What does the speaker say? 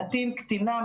קטין וקטינה,